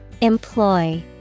Employ